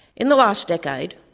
in the last decade,